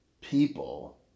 people